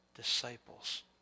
disciples